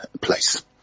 place